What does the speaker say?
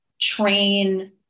train